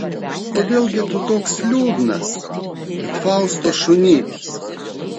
kodėl gi tu toks liūdnas it fausto šunytis